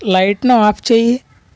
లైట్ను off చేయి